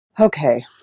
Okay